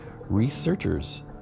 researchers